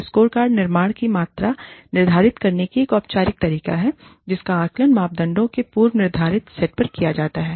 एक स्कोरकार्ड निर्माण की मात्रा निर्धारित करने का एक औपचारिक तरीका है जिसका आकलन मापदंडों के पूर्व निर्धारित सेट पर किया जा रहा है